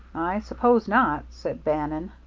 i suppose not, said bannon.